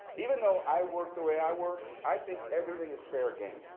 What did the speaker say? even though i work the way i work, i think everything is fair game.